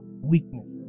weakness